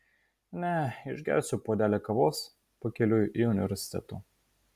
ne išgersiu puodelį kavos pakeliui į universitetų